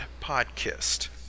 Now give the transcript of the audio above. podcast